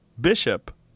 Bishop